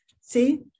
See